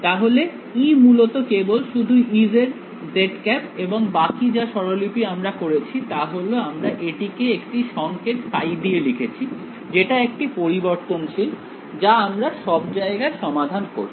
তাহলে E মূলত কেবল শুধু Ez এবং বাকি যা স্বরলিপি আমরা করেছি তা হলো আমরা এটিকে একটি সংকেত ফাই দিয়ে লিখেছি যেটা একটি পরিবর্তনশীল যা আমরা সব জায়গায় সমাধান করছি